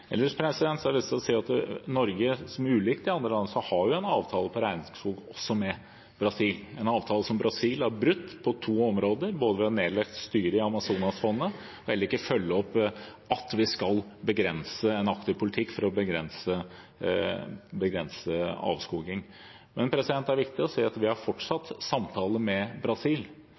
Ellers har jeg lyst til å si at Norge, ulikt andre land, har en avtale om regnskog, også med Brasil – en avtale som Brasil har brutt på to områder, både ved å ha nedlagt styret i Amazonasfondet og ved ikke å følge opp at vi skal ha en aktiv politikk for å begrense avskoging. Men det er viktig å si at vi fortsatt har samtaler med Brasil